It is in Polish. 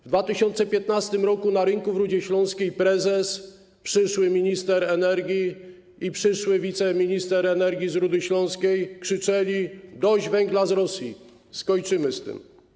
W 2015 r. na rynku w Rudzie Śląskiej prezes, przyszły minister energii i przyszły wiceminister energii z Rudy Śląskiej krzyczeli: dość węgla z Rosji, skończymy z tym!